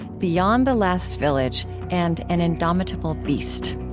beyond the last village, and an indomitable beast